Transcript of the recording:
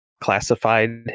classified